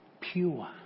pure